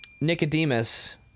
Nicodemus